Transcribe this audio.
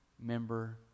member